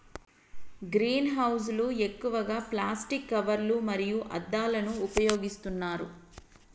green house లు ఎక్కువగా plastic కవర్లు మరియు అద్దాలను ఉపయోగిస్తున్నారు